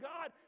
God